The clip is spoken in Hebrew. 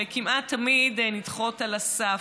וכמעט תמיד נדחות על הסף.